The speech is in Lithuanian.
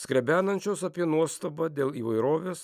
skrebenančios apie nuostabą dėl įvairovės